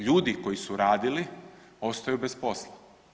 Ljudi koji su radili ostaju bez posla.